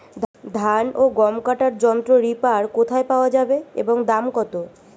ধান ও গম কাটার যন্ত্র রিপার কোথায় পাওয়া যাবে এবং দাম কত?